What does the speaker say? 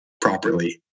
properly